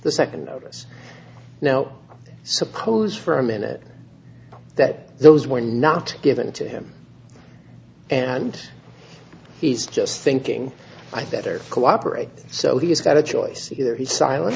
the second notice now suppose for a minute that those were not given to him and he's just thinking i better cooperate so he's got a choice either his silen